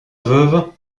veuve